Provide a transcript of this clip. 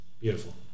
Beautiful